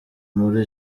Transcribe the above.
muri